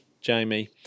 Jamie